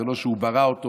זה לא שהוא ברא אותו